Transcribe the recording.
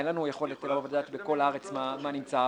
אין לנו יכולת לבדוק בכל הארץ מה נמצא.